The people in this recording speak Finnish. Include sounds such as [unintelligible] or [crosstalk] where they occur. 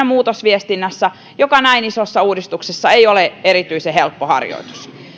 [unintelligible] muutosviestinnässä joka näin isossa uudistuksessa ei ole erityisen helppo harjoitus